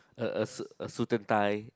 a a suited tie